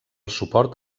suport